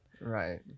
right